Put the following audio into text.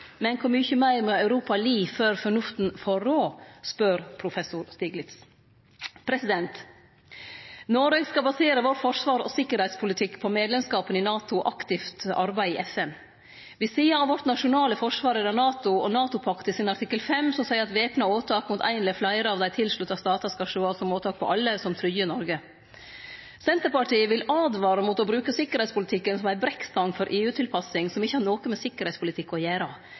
Men kor mykje meir må Europa lide før fornufta får råde, spør professor Stiglitz. Noreg skal basere sin forsvars- og sikkerheitspolitikk på medlemskap i NATO og aktivt arbeid i FN. Ved sida av vårt nasjonale forsvar er det NATO og artikkel 5 i NATO-pakta, som seier at væpna åtak mot ein eller fleire av dei tilslutta statane skal sjåast på som åtak mot dei alle, som tryggjer Noreg. Senterpartiet vil åtvare mot å bruke sikkerheitspolitikken som ei brekkstong for EU-tilpassing som ikkje har noko med sikkerheitspolitikk å